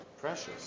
Precious